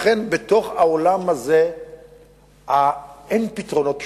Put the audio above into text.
לכן, בתוך העולם הזה אין פתרונות פשוטים,